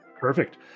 Perfect